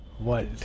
world